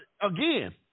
again